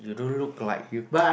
you don't look like you